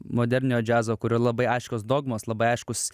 moderniojo džiazo kurio labai aiškios dogmos labai aiškūs